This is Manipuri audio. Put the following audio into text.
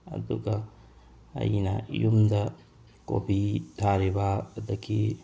ꯑꯗꯨꯒ ꯑꯩꯅ ꯌꯨꯝꯗ ꯀꯣꯕꯤ ꯊꯥꯔꯤꯕ ꯑꯗꯒꯤ